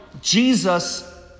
Jesus